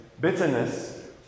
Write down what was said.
bitterness